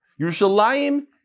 Yerushalayim